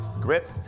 grip